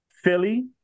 Philly